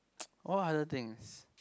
what other things